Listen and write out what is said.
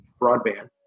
broadband